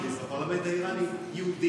יש היום למשל במג'לס, בפרלמנט האיראני, יהודים.